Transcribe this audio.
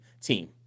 team